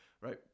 right